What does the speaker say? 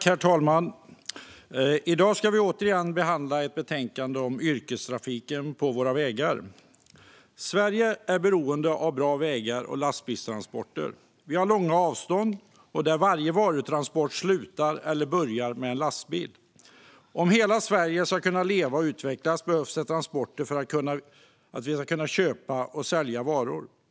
Herr talman! I dag ska vi återigen behandla ett betänkande om yrkestrafiken på våra vägar. Sverige är beroende av bra vägar och lastbilstransporter. Vi har långa avstånd, och varje varutransport slutar eller börjar med en lastbil. Om hela Sverige ska kunna leva och utvecklas behövs det transporter. Det behövs för att vi ska kunna köpa och sälja varor.